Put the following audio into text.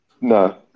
No